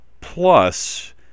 plus